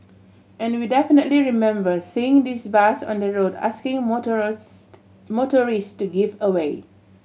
and we definitely remember seeing this bus on the road asking motorist to give way